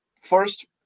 first